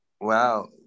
Wow